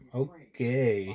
okay